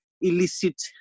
illicit